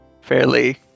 fairly